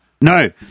No